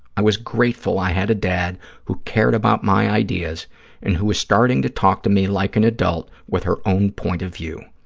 i was grateful i had a dad who cared about my ideas and who was starting to talk to me like an adult with her own point of view.